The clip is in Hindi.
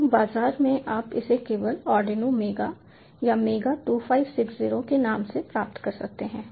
तो बाजार में आप इसे केवल आर्डिनो मेगा या मेगा 2560 के नाम से प्राप्त कर सकते हैं